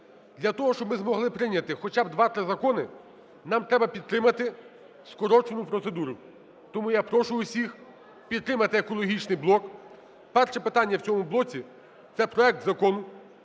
Для того, щоб ми могли прийняти хоч 2-3 закони, нам треба підтримати скорочену процедуру. Тому я прошу всіх підтримати екологічний блок. Перше питання в цьому блоці – це проект Закону